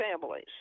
families